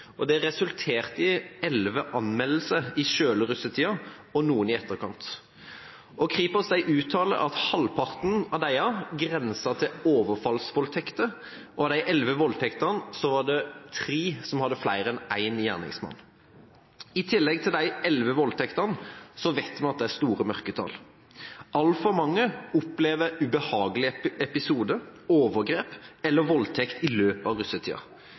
Det resulterte i elleve anmeldelser i selve russetida og noen i etterkant. Kripos uttaler at halvparten av disse grenser til overfallsvoldtekter, og av de elleve voldtektene var det tre som hadde flere enn én gjerningsmann. I tillegg til de elleve voldtektene vet vi at det er store mørketall. Altfor mange opplever ubehagelige episoder, overgrep eller voldtekt i løpet av russetida.